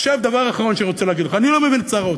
דבר אחרון שאני רוצה להגיד לך: אני לא מבין את שר האוצר.